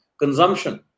consumption